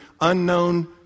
unknown